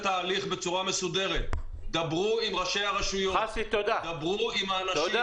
ההליך בצורה מסודרת ולדבר עם ראשי הרשויות ועם האנשים.